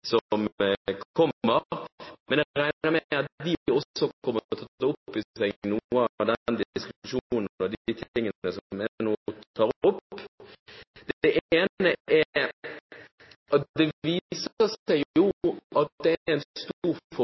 Men jeg regner med at de også kommer til å ta opp noe av den diskusjonen og de tingene som jeg nå tar opp. Det viser seg at det er stor